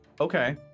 Okay